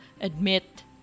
admit